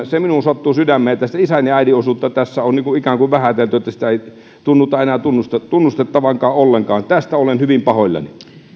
se minua sattuu sydämeen että isän ja äidin osuutta tässä on ikään kuin vähätelty että sitä ei tunnuta enää tunnustettavankaan ollenkaan tästä olen hyvin pahoillani